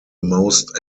most